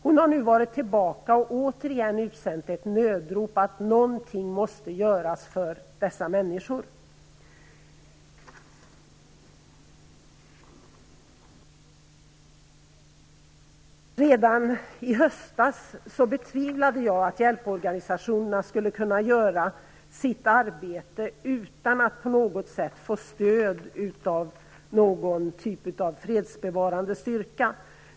Emma Bonino är återigen tillbaka, och återigen har hon sänt ut ett nödrop om att något måste göras för dessa människor. Redan i höstas betvivlade jag att hjälporganisationerna skulle kunna göra sitt arbete utan att på något sätt få stöd av någon typ av fredsbevarande styrka.